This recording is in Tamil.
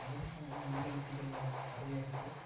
நம்பளுக்கும் உயிரிழப்புகள் நிறையா இருக்கு